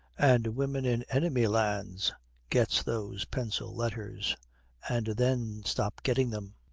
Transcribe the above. and women in enemy lands gets those pencil letters and then stop getting them,